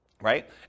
Right